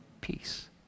peace